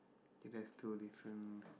think there is two different